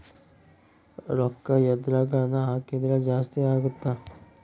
ರೂಕ್ಕ ಎದ್ರಗನ ಹಾಕಿದ್ರ ಜಾಸ್ತಿ ಅಗುತ್ತ